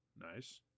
Nice